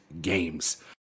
games